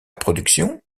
production